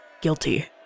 guilty